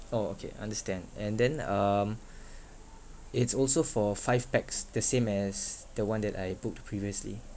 orh okay understand and then um it's also for five pax the same as the one that I booked previously